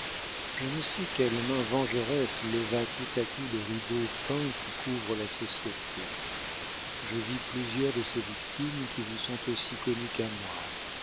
je ne sais quelle main vengeresse leva tout à coup le rideau peint qui couvre la société je vis plusieurs de ces victimes qui vous sont aussi connues qu'à moi